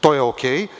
To je ok.